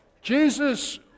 Jesus